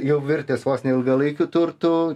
jau virtęs vos ne ilgalaikiu turtu